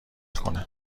کنه